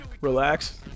relax